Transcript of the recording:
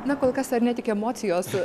na kol kas ar ne tik emocijos